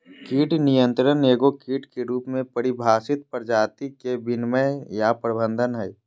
कीट नियंत्रण एगो कीट के रूप में परिभाषित प्रजाति के विनियमन या प्रबंधन हइ